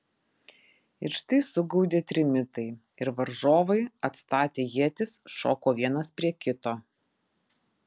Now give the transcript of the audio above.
ir štai sugaudė trimitai ir varžovai atstatę ietis šoko vienas prie kito